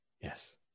Yes